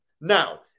Now